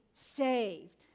saved